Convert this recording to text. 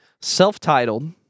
Self-titled